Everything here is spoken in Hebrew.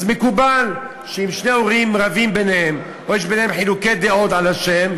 אז מקובל שאם שני ההורים רבים ביניהם או שיש ביניהם חילוקי דעות על השם,